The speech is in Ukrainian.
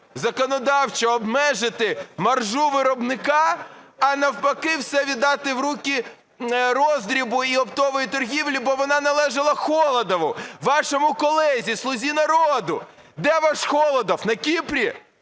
законодавчо обмежити маржу виробника, а, навпаки, все віддати в руки роздрібу і оптової торгівлі, бо вона належала Холодову, вашому колезі, "Слузі народу". Де ваш Холодов, на Кіпрі?